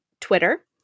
Twitter